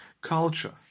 Culture